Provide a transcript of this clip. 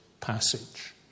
passage